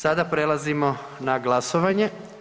Sada prelazimo na glasovanje.